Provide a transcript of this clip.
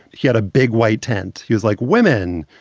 he had a big white tent. he was like women.